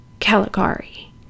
Caligari